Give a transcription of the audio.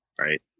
right